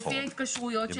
לפי ההתקשרויות שלה.